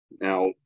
Now